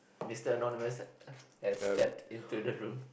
Mister Anonymous has stepped in to the room